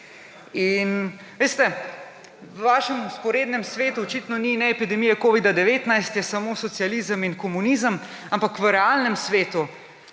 In veste, v vašem vzporednem svetu očitno ni ne epidemije covida-19, je samo socializem in komunizem, ampak v realnem svetu